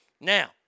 Now